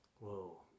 Whoa